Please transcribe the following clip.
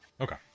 Okay